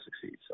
succeed